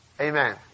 Amen